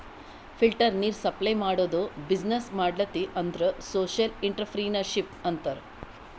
filter ನೀರ್ supply ಮಾಡದು business ಮಾಡ್ಲತಿ ಅಂದುರ್ ಸೋಶಿಯಲ್ ಇಂಟ್ರಪ್ರಿನರ್ಶಿಪ್ ಅಂತಾರ್